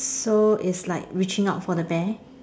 so it's like reaching out for the bear